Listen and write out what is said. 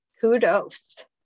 kudos